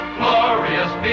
glorious